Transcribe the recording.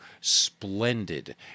splendid